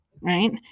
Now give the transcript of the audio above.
right